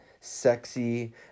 sexy